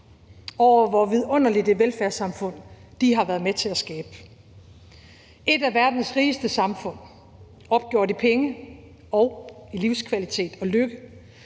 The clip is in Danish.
hvor vidunderligt et velfærdssamfund de har været med til at skabe. Det er et af verdens rigeste samfund opgjort i penge og i livskvalitet og lykke